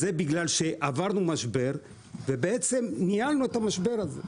זה בגלל שעברנו משבר ובעצם ניהלנו את המשבר הזה.